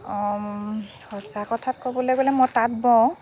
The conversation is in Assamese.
অঁ সঁচা কথা ক'বলৈ গ'লে মই তাঁত বওঁ